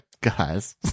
Guys